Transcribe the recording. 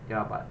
ya but